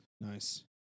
Nice